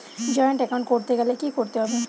Joint account করতে গেলে কি করতে হবে?